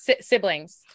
siblings